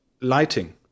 lighting